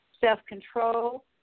self-control